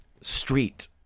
Street